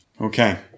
Okay